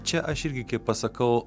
čia aš irgi kaip pasakau